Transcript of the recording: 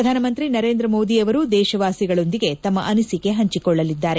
ಪ್ರಧಾನಮಂತ್ರಿ ನರೇಂದ್ರ ಮೋದಿ ಅವರು ದೇಶವಾಸಿಗಳೊಂದಿಗೆ ತಮ್ಮ ಅನಿಸಿಕೆ ಪಂಚಿಕೊಳ್ಳಲಿದ್ದಾರೆ